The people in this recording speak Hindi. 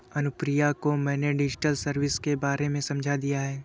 अनुप्रिया को मैंने डिजिटल सर्विस के बारे में समझा दिया है